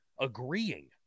agreeing